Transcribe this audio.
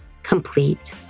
complete